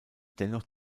dennoch